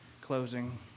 closing